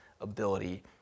ability